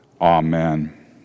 Amen